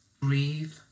breathe